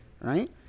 right